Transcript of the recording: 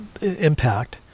Impact